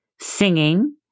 singing